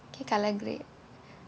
okay colour grey